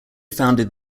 founded